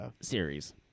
series